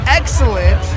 excellent